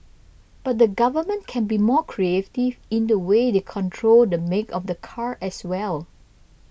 but the government can be more creative in the way they control the make of the car as well